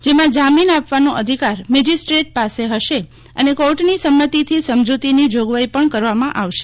જેમાં જામીન આપવાનો અધિકાર મેજિસ્ટ્રેટ પાસે હશે અને કોર્ટની સંમતિથી સમજૂતીની જોગવાઈ પણ કરવામાં આવશે